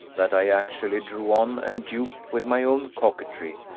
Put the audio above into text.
that i actually drew on and duped with my own coquetry,